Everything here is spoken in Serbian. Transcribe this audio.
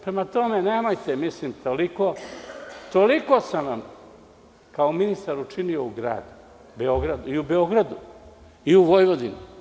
Prema tome, nemojte, jer toliko sam vam kao ministar učinio u gradu i u Beogradu i u Vojvodini.